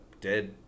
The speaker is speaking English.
dead